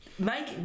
Make